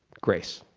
grace.